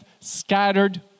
scattered